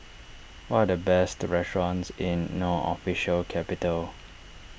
what are the best restaurants in No Official Capital